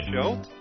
show